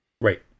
Right